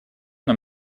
нам